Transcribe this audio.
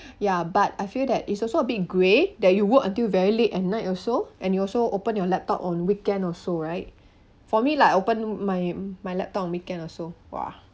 ya but I feel that it's also a big grey that you work until very late at night also and you also open your laptop on weekend also right for me like I open my my laptop on weekend also !wah!